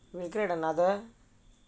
is there another